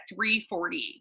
340